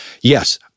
yes